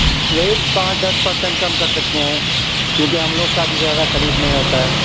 یہی پانچ دس پر سینٹ کم کرسکتے ہیں چونکہ ہم لوگ کا بھی زیادہ خرید نہیں ہوتا ہے